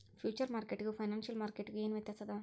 Future ಮಾರ್ಕೆಟಿಗೂ financial ಮಾರ್ಕೆಟಿಗೂ ಏನ್ ವ್ಯತ್ಯಾಸದ?